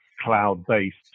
cloud-based